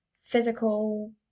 physical